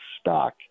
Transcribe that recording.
stock